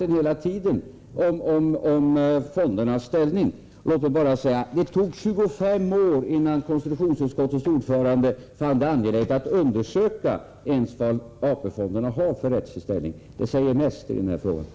har vi haft samma uppfattning hela tiden om fondernas ställning. Låt mig sedan bara säga följande: Det tog 25 år innan konstitutionsutskottets ordförande fann det angeläget att ens undersöka vilken rättslig ställning AP-fonderna har. Det säger mest i den här frågan.